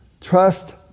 Trust